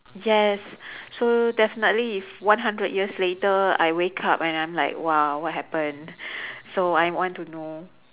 yes so definitely if one hundred years later I wake up and I'm like !wow! what happen so I want to know